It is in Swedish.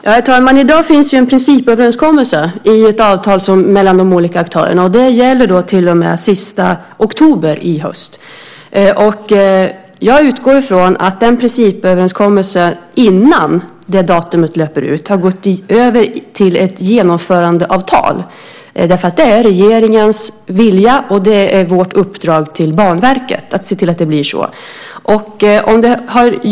Herr talman! I dag finns en principöverenskommelse i ett avtal mellan de olika aktörerna, och det gäller till och med den sista oktober i höst. Jag utgår från att den principöverenskommelsen innan det datumet löper ut har gått över till ett genomförandeavtal. Det är regeringens vilja och vårt uppdrag till Banverket att se till att det blir så.